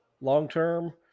long-term